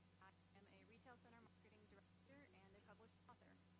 am a retail center marketing director and a published author.